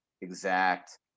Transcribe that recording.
exact